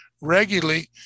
regularly